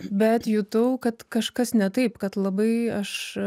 bet jutau kad kažkas ne taip kad labai aš